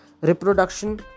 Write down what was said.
Reproduction